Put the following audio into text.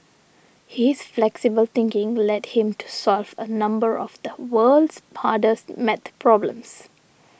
his flexible thinking led him to solve a number of the world's hardest math problems